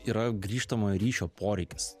yra grįžtamojo ryšio poreikis